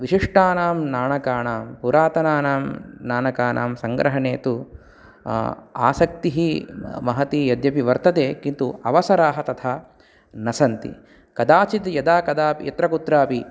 विशिष्टानां नाणकानां पुरातनानां नाणकानां सङ्ग्रहणे तु आसक्तिः महति यद्यपि वर्तते किन्तु अवसराः तथा न सन्ति कदाचित् यदा कदा यत्र कुत्रापि